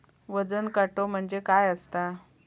वजन काटो म्हणजे काय असता?